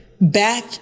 back